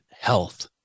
health